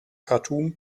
khartum